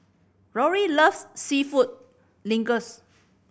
Lori loves Seafood Linguines